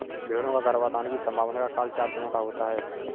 भेंड़ों का गर्भाधान की संभावना का काल चार दिनों का होता है